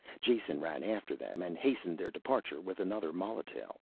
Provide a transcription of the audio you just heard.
jason ran after them and hastened their departure with another molotail.